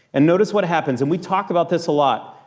and notice what happens. and we talked about this a lot.